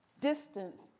distance